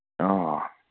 ꯑꯣ